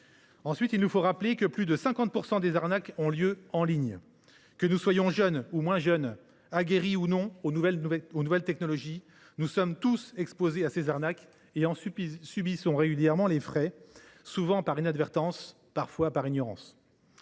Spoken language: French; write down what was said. à ces menaces. Rappelons que plus de 50 % des arnaques surviennent en ligne. Que nous soyons jeunes ou moins jeunes, aguerris ou non aux nouvelles technologies, nous sommes tous exposés à ces arnaques et en subissons régulièrement les frais, souvent par inadvertance, parfois par ignorance.